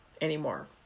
anymore